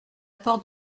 porte